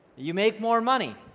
you make more money